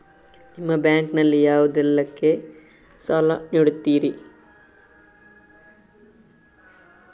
ನಿಮ್ಮ ಬ್ಯಾಂಕ್ ನಲ್ಲಿ ಯಾವುದೇಲ್ಲಕ್ಕೆ ಸಾಲ ನೀಡುತ್ತಿರಿ?